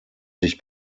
sich